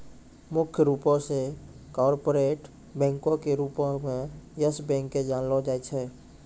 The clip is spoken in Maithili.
मुख्य रूपो से कार्पोरेट बैंको के रूपो मे यस बैंक के जानलो जाय छै